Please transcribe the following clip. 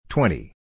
Twenty